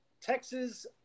texas